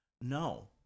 No